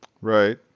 Right